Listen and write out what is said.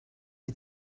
die